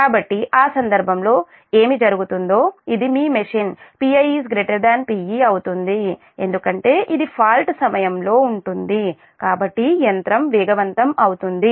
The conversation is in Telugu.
కాబట్టి ఆ సందర్భంలో ఏమి జరుగుతుందో ఇది మీ మెషీన్ Pi Pe అవుతుంది ఎందుకంటే ఇది ఫాల్ట్ సమయంలో ఉంటుంది కాబట్టి యంత్రం వేగవంతం అవుతుంది